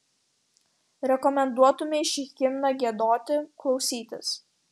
rekomenduotumei šį himną giedoti klausytis